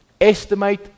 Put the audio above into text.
Estimate